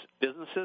businesses